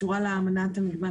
המגוון